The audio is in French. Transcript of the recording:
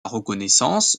reconnaissance